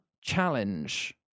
challenge